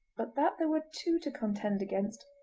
but that there were two to contend against,